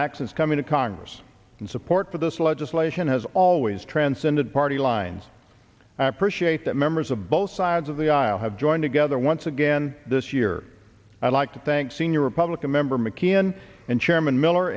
axis coming to congress and support for this legislation has always transcended party lines i appreciate that members of both sides of the aisle have joined together once again this year i'd like to thank senior republican member mckeon and chairman miller